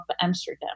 Amsterdam